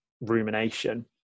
rumination